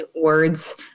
words